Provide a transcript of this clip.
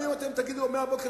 למשל, אומר שר